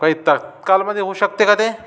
काही तत्कालमध्ये होऊ शकते का ते